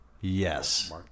Yes